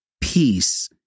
peace